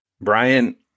Brian